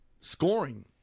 scoring